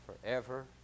forever